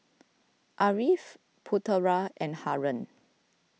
Ariff Putera and Haron